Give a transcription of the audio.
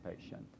patient